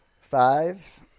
Five